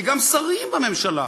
כי גם שרים בממשלה,